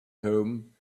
home